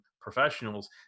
professionals